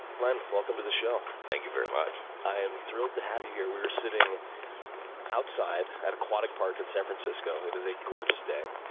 glenn, welcome to the show. thank you, very much. i'm thrilled to have you here. we're sitting outside at aquatic park in san francisco. it is a gorgeous day.